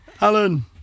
Alan